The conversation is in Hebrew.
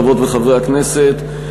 חברות וחברי הכנסת,